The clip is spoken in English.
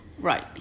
Right